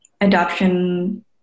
adoption